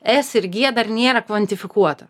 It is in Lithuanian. s ir gie dar nėra kvantifikuota